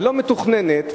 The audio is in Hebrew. הלא-מתוכננת,